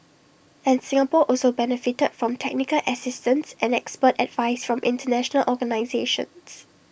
and Singapore also benefited from technical assistance and expert advice from International organisations